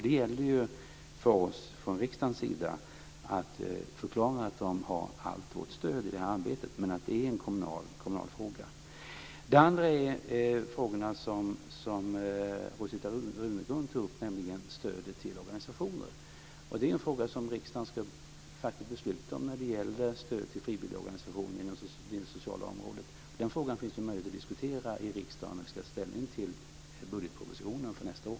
Det gäller att vi från riksdagens sida förklarar att de har allt vårt stöd i det arbetet, men att det är en kommunal fråga. Rosita Runegrund tog upp frågan om stödet till organisationer. Riksdagen ska fatta beslut om stöd till frivilliga organisationer inom det sociala området. Den frågan finns det möjlighet att diskutera i riksdagen när vi ska ta ställning till budgetpropositionen för nästa år.